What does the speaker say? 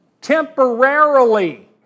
Temporarily